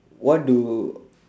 what do